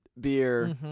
Beer